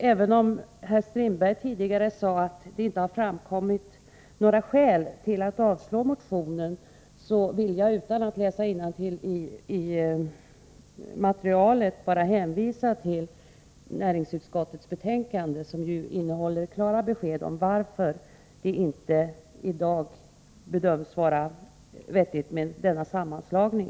Även om herr Strindberg tidigare sade att det inte har framkommit några skäl till att avslå motionen, vill jag — i stället för att läsa innantill i materialet — bara hänvisa till näringsutskottets yttrande, som ju innehåller klara besked om varför det i dag inte bedöms vara vettigt med denna sammanslagning.